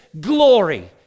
glory